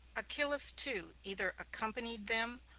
achillas, too, either accompanied them,